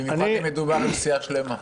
במיוחד אם מדובר בסיעה שלמה.